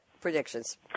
Predictions